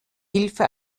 hilfe